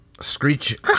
Screech